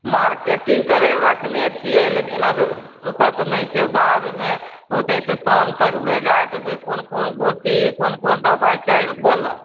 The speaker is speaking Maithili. मार्केटिंग करय लए रखने छियै लेकिन अभी फुर्सत नहि छै बादमे होतै तऽ शाम तक भेजाय देबै कोन कोन गोटी कोन कोन दबाइ चाही बोलऽ